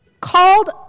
called